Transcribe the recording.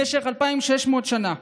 במשך 2,600 שנה